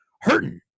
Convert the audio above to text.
hurting